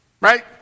Right